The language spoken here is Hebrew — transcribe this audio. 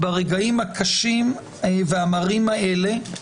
ברגעים הקשים והמרים האלה,